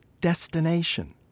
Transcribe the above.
destination